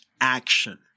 action